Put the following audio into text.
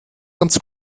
ganz